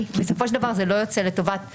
בסופו של דבר זה לא יצא לטובת העניין.